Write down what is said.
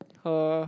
her